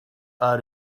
are